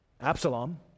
Absalom